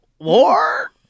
War